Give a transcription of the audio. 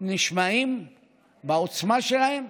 נשמעים בעוצמה שלהם.